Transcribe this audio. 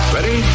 Ready